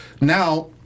now